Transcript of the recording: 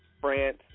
France